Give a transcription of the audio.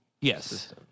yes